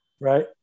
right